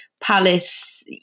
Palace